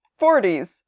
40s